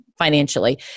Financially